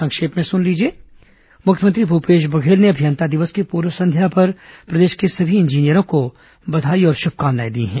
संक्षिप्त समाचार मुख्यमंत्री भूपेश बघेल ने अभियंता दिवस की पूर्व संध्या पर प्रदेश के सभी इंजीनियरों को बधाई और शुभकामनाएं दी हैं